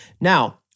Now